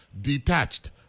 detached